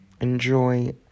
enjoy